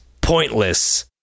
pointless